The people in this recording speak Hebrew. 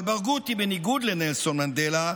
אבל ברגותי, בניגוד לנלסון מנדלה,